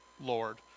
Lord